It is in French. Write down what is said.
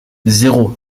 zéro